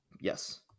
Yes